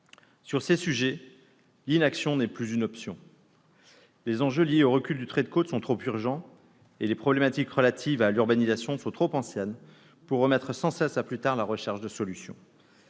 Sur ces sujets, l'inaction n'est plus une option. Les enjeux liés au recul du trait de côte sont trop urgents et les problématiques relatives à l'urbanisation sont trop anciennes pour remettre sans cesse à plus tard la recherche de solutions.